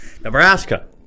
Nebraska